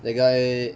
that guy